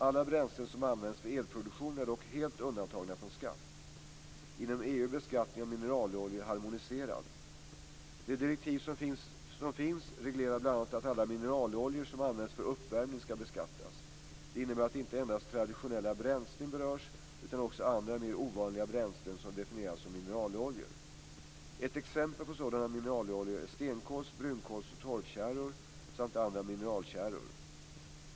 Alla bränslen som används för elproduktion är dock helt undantagna från skatt. Inom EU är beskattningen av mineraloljor harmoniserad. Det direktiv som finns reglerar bl.a. att alla mineraloljor som används för uppvärmning skall beskattas. Det innebär att inte endast traditionella bränslen berörs utan också andra mer ovanliga bränslen som definieras som mineraloljor. Ett exempel på sådana mineraloljor är stenkols-, brunkols och torvtjäror samt andra mineraltjäror.